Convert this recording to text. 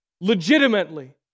legitimately